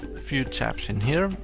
few tabs in here.